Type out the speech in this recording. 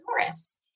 Taurus